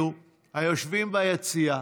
אלו היושבים ביציע,